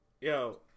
Yo